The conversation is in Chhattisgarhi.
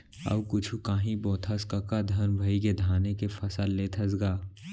अउ कुछु कांही बोथस कका धन भइगे धाने के फसल लेथस गा?